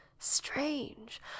strange